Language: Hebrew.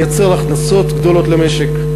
מייצר הכנסות גדולות למשק,